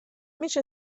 میشه